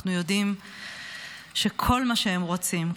אנחנו יודעים שכל מה שהם רוצים,